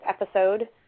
episode